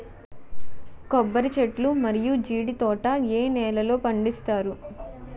కొబ్బరి చెట్లు మరియు జీడీ తోట ఏ నేలల్లో పండిస్తారు?